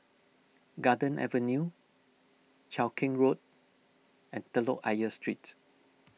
Garden Avenue Cheow Keng Road and Telok Ayer Street